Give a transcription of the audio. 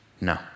No